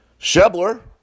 Shebler